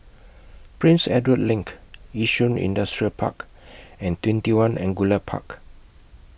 Prince Edward LINK Yishun Industrial Park and TwentyOne Angullia Park